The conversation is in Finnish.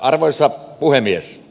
arvoisa puhemies